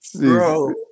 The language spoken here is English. Bro